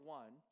one